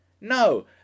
No